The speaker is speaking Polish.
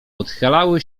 odchylały